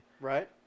Right